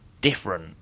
different